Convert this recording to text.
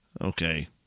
Okay